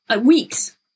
weeks